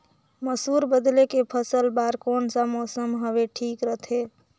मसुर बदले के फसल बार कोन सा मौसम हवे ठीक रथे?